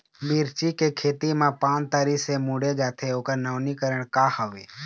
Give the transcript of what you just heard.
मिर्ची के खेती मा पान तरी से मुड़े जाथे ओकर नवीनीकरण का हवे?